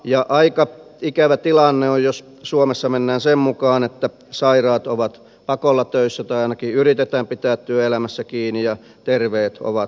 ja aika ikävä tilanne on jos suomessa mennään sen mukaan että sairaat ovat pakolla töissä tai heidät ainakin yritetään pitää työelämässä kiinni ja terveet ovat työttöminä